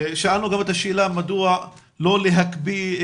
שאלנו גם את השאלה מדוע לא להקפיא את